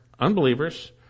unbelievers